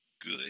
good